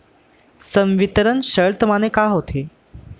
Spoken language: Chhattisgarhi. संवितरण शर्त माने का होथे?